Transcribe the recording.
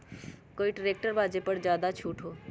कोइ ट्रैक्टर बा जे पर ज्यादा छूट हो?